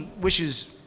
wishes